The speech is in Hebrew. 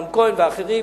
אמנון כהן ואחרים,